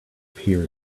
here